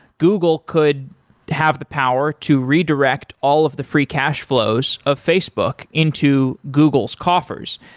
google could have the power to redirect all of the free cash flows of facebook into google's coffers.